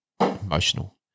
emotional